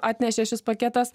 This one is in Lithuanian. atnešė šis paketas